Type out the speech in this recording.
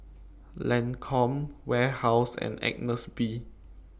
Lancome Warehouse and Agnes B